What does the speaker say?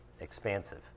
expansive